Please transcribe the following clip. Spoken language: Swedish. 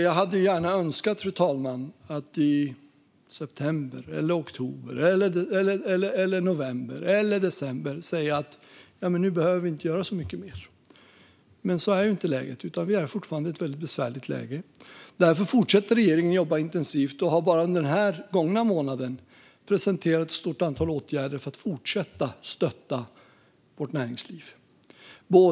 Jag hade gärna önskat att jag i september, oktober, november eller december hade kunnat säga: "Nu behöver vi inte göra så mycket mer." Men så ser det ju inte ut, utan vi är fortfarande i ett väldigt besvärligt läge. Därför fortsätter regeringen att jobba intensivt och har bara under den gångna månaden presenterat ett stort antal åtgärder för att fortsätta stötta vårt näringsliv.